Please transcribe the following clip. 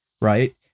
right